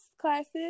classes